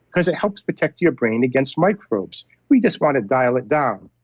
because it helps protect your brain against microbes, we just want to dial it down.